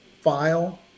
File